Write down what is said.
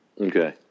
Okay